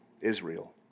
Israel